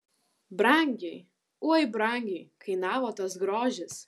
brangiai oi brangiai kainavo tas grožis